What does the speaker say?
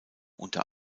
unter